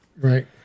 Right